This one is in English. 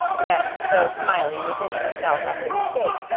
yet, though smiling within herself at the mistake,